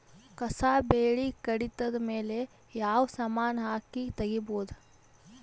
ಕಸಾ ಬೇಲಿ ಕಡಿತ ಮೇಲೆ ಯಾವ ಸಮಾನ ಹಾಕಿ ತಗಿಬೊದ?